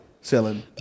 selling